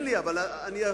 תן לי, בבקשה.